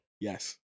Yes